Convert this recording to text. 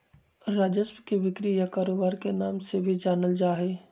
राजस्व के बिक्री या कारोबार के नाम से भी जानल जा हई